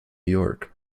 york